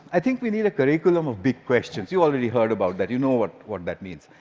i think we need a curriculum of big questions. you already heard about that. you know what what that means.